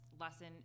lesson